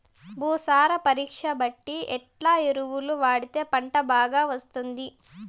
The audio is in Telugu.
భూసార పరీక్ష బట్టి ఎట్లా ఎరువులు వాడితే పంట బాగా వస్తుంది?